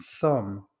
thumb